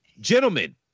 Gentlemen